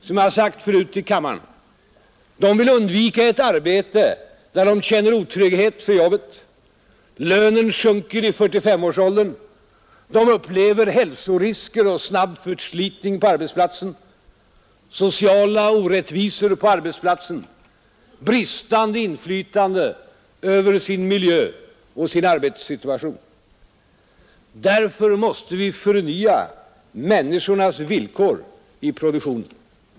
Som jag sagt förut i kammaren: De vill undvika ett arbete där de känner otrygghet för jobbet, lönen sjunker i 4S5-årsåldern, de upplever hälsorisker och snabb förslitning, sociala orättvisor på arbetsplatsen, bristande inflytande över sin miljö och sin arbetssituation. Därför måste vi förnya människornas villkor i produktionen.